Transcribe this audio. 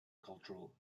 cultural